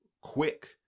quick